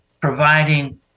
providing